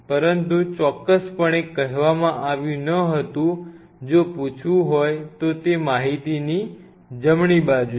પરંતુ ચોક્કસપણે કહેવામાં આવ્યું ન હતું જો પૂછવું હોય તો તે માહિતીની જમણી બાજુ છે